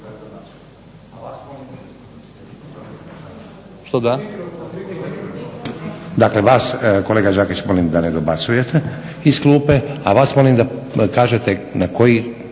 nije uključen./… Dakle vas kolega Đakić molim da ne dobacujete iz klupe, a vas molim da kažete na koji